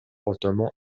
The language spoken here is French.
fortement